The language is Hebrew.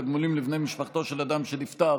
תגמולים לבני משפחתו של אדם שנפטר